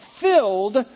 filled